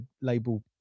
label